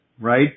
right